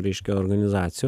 reiškia organizacijų